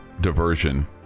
diversion